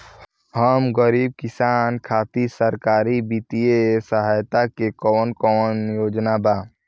हम गरीब किसान खातिर सरकारी बितिय सहायता के कवन कवन योजना बा?